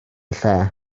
lle